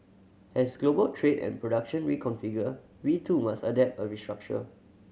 as global trade and production reconfigure we too must adapt and restructure